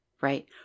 right